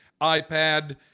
iPad